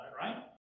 right